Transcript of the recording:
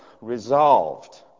resolved